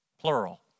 plural